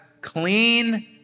clean